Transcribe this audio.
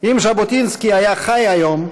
אם ז'בוטינסקי היה חי היום,